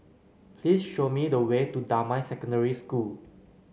please show me the way to Damai Secondary School